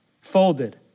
folded